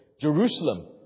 Jerusalem